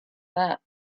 that